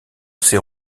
ces